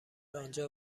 آنجا